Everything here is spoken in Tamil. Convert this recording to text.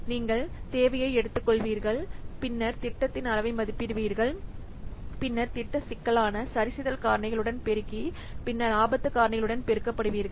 நீங்கள் தேவையை எடுத்துக்கொள்வீர்கள் பின்னர் திட்டத்தின் அளவை மதிப்பிடுவீர்கள் பின்னர் திட்ட சிக்கலான சரிசெய்தல் காரணிகளுடன் பெருக்கி பின்னர் ஆபத்து காரணிகளுடன் பெருக்கப்படுவீர்கள்